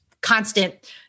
constant